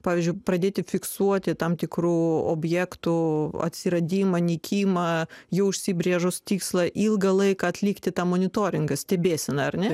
pavyzdžiui pradėti fiksuoti tam tikrų objektų atsiradimą nykimą jau užsibrėžus tikslą ilgą laiką atlikti tą monitoringą stebėsėną ar ne